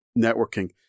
networking